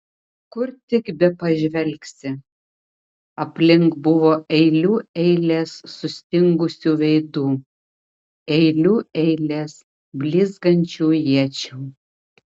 kur tik bepažvelgsi aplink buvo eilių eilės sustingusių veidų eilių eilės blizgančių iečių